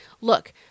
Look